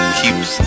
keeps